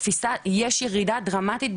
יש ירידה דרמטית,